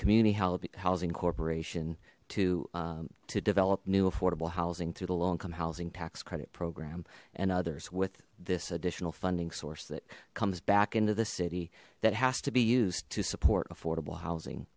halibut housing corporation to to develop new affordable housing through the low income housing tax credit program and others with this additional funding source that comes back into the city that has to be used to support affordable housing